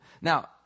Now